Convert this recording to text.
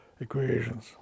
equations